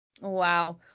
Wow